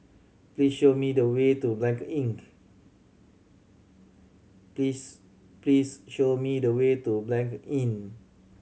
please show me the way to Blanc Inn